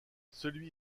celui